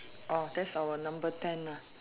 oh that's our number ten lah